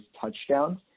touchdowns